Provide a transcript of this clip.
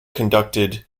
conducted